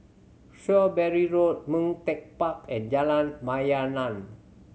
Shrewsbury Road Ming Teck Park and Jalan Mayaanam